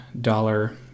dollar